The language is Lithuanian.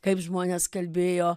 kaip žmonės kalbėjo